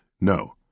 No